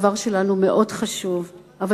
העבר שלנו חשוב מאוד,